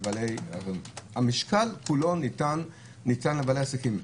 המשקל ניתן לבעלי העסקים.